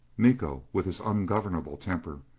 miko, with his ungovernable temper,